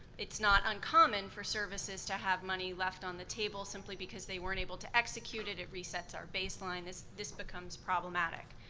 it's not uncommon for services to have money left on the table simply because they weren't able to execute it. it resets our baseline, this this becomes problematic.